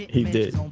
he did